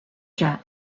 jet